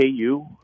KU